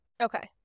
Okay